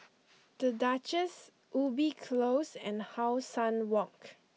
The Duchess Ubi Close and How Sun Walk